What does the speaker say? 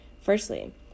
Firstly